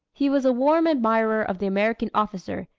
he was a warm admirer of the american officer,